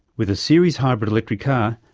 with a series hybrid electric car,